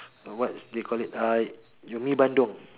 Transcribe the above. what they call it uh your mee-bandung